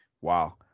Wow